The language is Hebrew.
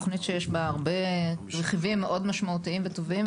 זו תוכנית שיש בה הרבה רכיבים מאוד משמעותיים וטובים,